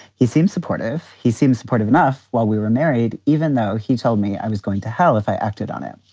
he seemed supportive. he seemed supportive enough while we were married, even though he told me i was going to hell if i acted on it.